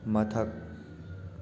ꯃꯊꯛ